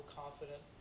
confident